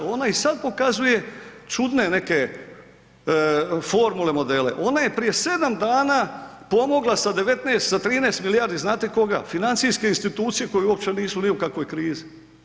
Ona i sada pokazuje čudne neke formule, modele, ona je prije sedam dana pomogla sa 13 milijardi, znate koga, financijske institucije koje uopće nisu ni u kakvoj krizi.